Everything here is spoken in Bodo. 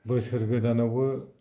बोसोर गोदानावबो